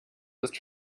ist